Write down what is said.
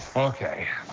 ok.